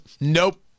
nope